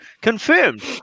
confirmed